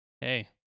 Hey